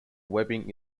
webbing